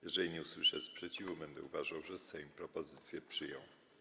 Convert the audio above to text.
Jeżeli nie usłyszę sprzeciwu, będę uważał, że Sejm propozycje przyjął.